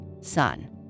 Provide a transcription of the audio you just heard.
son